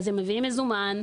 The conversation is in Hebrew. אז הם מביאים מזומן,